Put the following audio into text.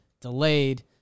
delayed